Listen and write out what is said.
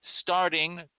starting